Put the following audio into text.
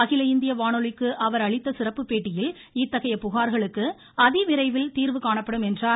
அகில இந்திய வானொலிக்கு அவர் அளித்த சிறப்பு பேட்டியில் இத்தகைய புகார்களுக்கு அதிவிரைவில் தீர்வு காணப்படும் என்றார்